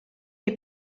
die